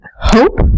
Hope